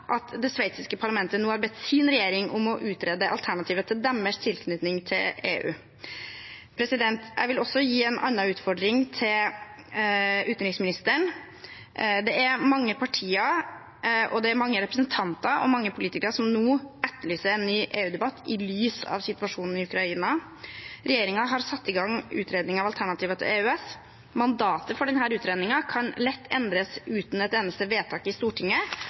at det sveitsiske parlamentet nå har bedt sin regjering om å utrede alternativet til deres tilknytning til EU. Jeg vil også gi en annen utfordring til utenriksministeren. Det er mange partier, og det er mange representanter og mange politikere som nå etterlyser en ny EU-debatt i lys av situasjonen i Ukraina. Regjeringen har satt i gang utredning av alternativer til EØS-avtalen. Mandatet for denne utredningen kan lett endres uten et eneste vedtak i Stortinget,